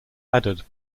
added